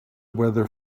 weather